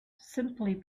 simply